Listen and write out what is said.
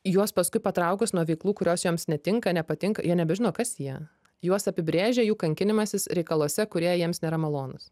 juos paskui patraukus nuo veiklų kurios joms netinka nepatinka jie nebežino kas jie juos apibrėžia jų kankinimasis reikaluose kurie jiems nėra malonūs